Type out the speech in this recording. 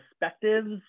perspectives